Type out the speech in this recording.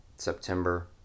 September